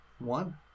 one